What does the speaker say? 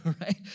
right